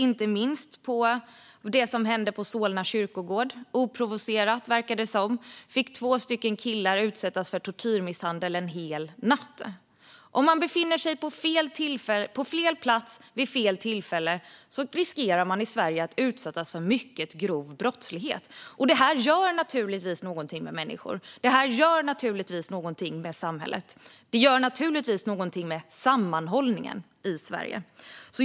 Inte minst det som hände på Solna kyrkogård tyder på detta. Oprovocerat, verkar det som, utsattes två killar för tortyr och misshandel en hel natt. Om man befinner sig på fel plats vid fel tillfälle riskerar man alltså i Sverige att utsättas för mycket grov brottslighet. Det här gör naturligtvis någonting med människor. Det gör naturligtvis någonting med samhället. Det gör naturligtvis också någonting med sammanhållningen i Sverige.